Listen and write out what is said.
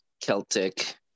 Celtic